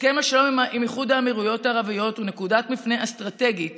הסכם השלום עם איחוד האמירויות הערביות הוא נקודת מפנה אסטרטגית